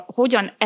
hogyan